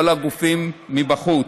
כל הגופים מבחוץ.